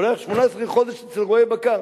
אבל הוא היה 18 חודש אצל רועי בקר.